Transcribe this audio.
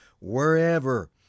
wherever